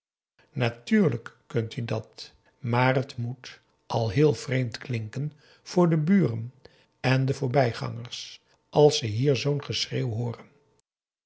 natuurlijk kunt u dat maar het moet al heel vreemd klinken voor de buren en de voorbijgangers als ze hier zoo'n geschreeuw hooren